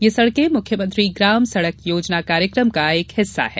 ये सड़कें मुख्यमंत्री ग्राम सड़क योजना कार्यक्रम का एक हिस्सा हैं